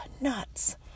nuts